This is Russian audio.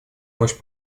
мощь